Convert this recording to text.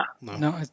No